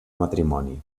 matrimoni